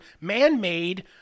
man-made